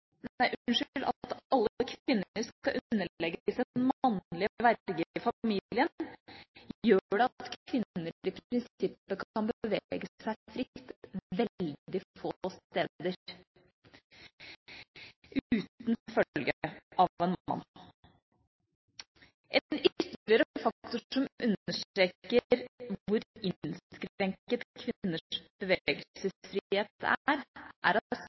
alle kvinner skal underlegges en mannlig verge i familien, gjør det at kvinner i prinsippet kan bevege seg fritt veldig få steder – uten følge av en mann. En ytterligere faktor som understreker hvor innskrenket kvinners bevegelsesfrihet er, er at